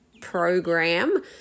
program